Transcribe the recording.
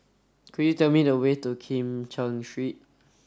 could you tell me the way to Kim Cheng Street